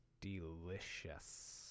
Delicious